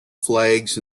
flags